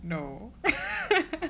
no